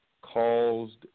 Caused